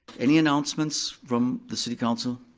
any announcements from the city council?